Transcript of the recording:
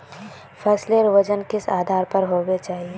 फसलेर वजन किस आधार पर होबे चही?